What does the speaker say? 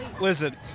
Listen